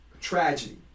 tragedy